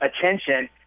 attention